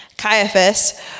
Caiaphas